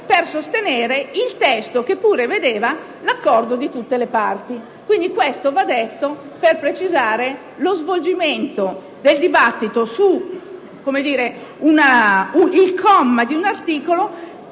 per sostenere il testo che pur vedeva l'accordo di tutte le parti. Ciò va detto per precisare lo svolgimento del dibattito sul comma di un articolo